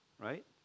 Right